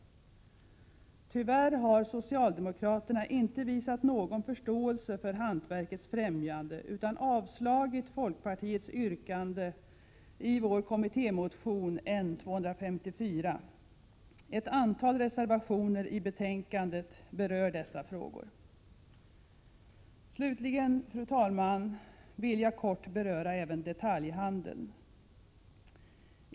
1987/88:115 Tyvärr har socialdemokraterna inte visat någon förståelse för hantverkets 5 maj 1988 främjande utan avstyrkt folkpartiets yrkande i vår kommittémotion N254. Ett antal reservationer i betänkandet berör dessa frågor. Slutligen, fru talman, vill jag kort beröra även detaljhandeln.